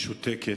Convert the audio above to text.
משותקת.